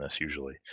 usually